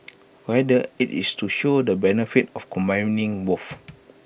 rather IT is to show the benefits of combining both